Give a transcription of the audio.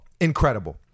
incredible